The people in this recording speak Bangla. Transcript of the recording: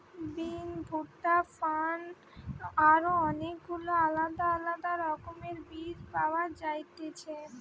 বিন, ভুট্টা, ফার্ন আর অনেক গুলা আলদা আলদা রকমের বীজ পাওয়া যায়তিছে